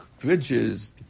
bridges